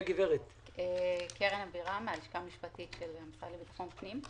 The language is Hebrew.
מן הלשכה המשפטית של המשרד לביטחון פנים.